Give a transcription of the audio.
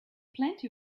plenty